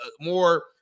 more